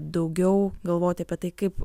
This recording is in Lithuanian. daugiau galvoti apie tai kaip